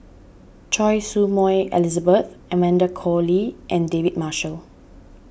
Choy Su Moi Elizabeth Amanda Koe Lee and David Marshall